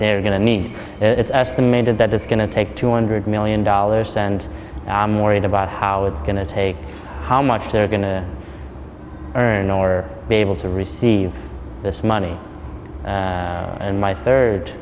they're going to need it's estimated that it's going to take two hundred million dollars and i'm worried about how it's going to take how much they're going to earn or be able to receive this money and my third